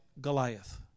Goliath